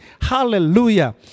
Hallelujah